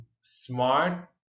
smart